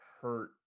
hurt